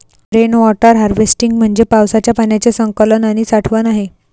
rain water harvesting म्हणजे पावसाच्या पाण्याचे संकलन आणि साठवण आहे